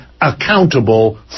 accountable